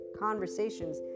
conversations